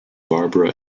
barbara